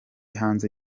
hanze